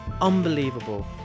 unbelievable